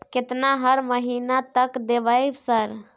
केतना हर महीना तक देबय सर?